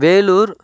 Vellore